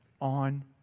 on